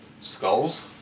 skulls